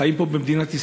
חיים פה במדינת ישראל,